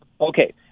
Okay